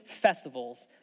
festivals